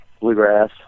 bluegrass